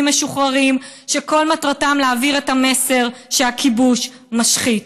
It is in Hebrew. משוחררים שכל מטרתם להעביר את המסר שהכיבוש משחית.